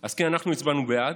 אז כן, אנחנו הצבענו בעד.